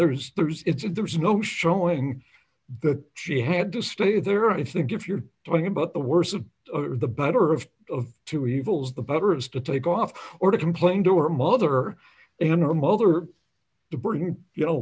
there's there's it's and there's no showing that she had to stay there i think if you're talking about the worse of the better of of two evils the better it is to take off or to complain to her mother and her mother the burden you know